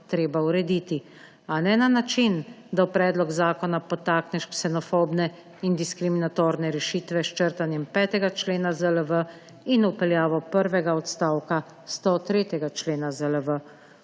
treba urediti, a ne na način, da v predlog zakona podtakneš ksenofobne in diskriminatorne rešitve s črtanjem 5. člena ZLV in vpeljavo prvega odstavka 103. člena ZLV.